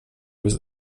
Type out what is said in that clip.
was